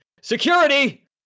Security